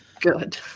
Good